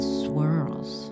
swirls